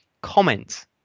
comment